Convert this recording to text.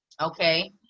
Okay